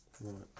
Right